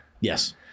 yes